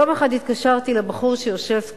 יום אחד התקשרתי לבחור שיושב כאן,